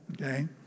Okay